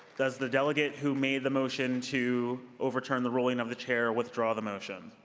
does the delegate who made the motion to overturn the ruling of the chair withdraw the motion?